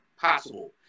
possible